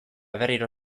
berriro